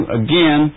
again